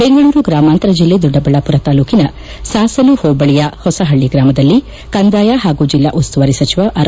ಬೆಂಗಳೂರು ಗ್ರಾಮಾಂತರ ಜಿಲ್ಲೆ ದೊಡ್ಡಬಳ್ಳಾಪುರ ತಾಲ್ಲೂಕಿನ ಸಾಸಲು ಹೋಬಳಿಯ ಹೊಸಹಳ್ಳಿ ಗ್ರಾಮದಲ್ಲಿ ಕಂದಾಯ ಹಾಗೂ ಜಿಲ್ಲಾ ಉಸ್ತುವಾರಿ ಸಚಿವ ಆರ್